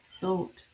thought